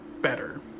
better